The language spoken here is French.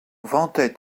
vantait